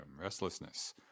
restlessness